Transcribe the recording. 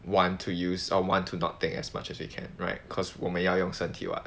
want to use or want to not take as much as we can right cause 我们要用身体 [what]